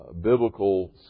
biblical